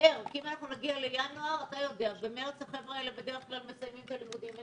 כי אם נגיע לינואר, במרס הם מסיימים את הלימודים.